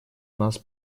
нас